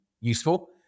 useful